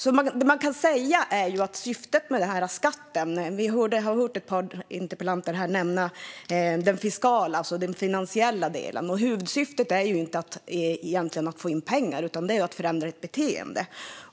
Nu har vi hört ett par interpellanter nämna den fiskala delen, alltså den finansiella delen, när det gäller denna skatt. Men huvudsyftet med skatten är ju egentligen inte att få in pengar utan att förändra ett beteende.